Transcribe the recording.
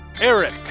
Eric